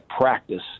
practice